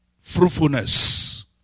fruitfulness